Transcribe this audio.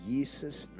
Jesus